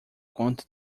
conta